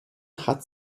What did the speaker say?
hat